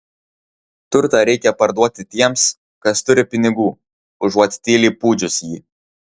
turtą reikia parduoti tiems kas turi pinigų užuot tyliai pūdžius jį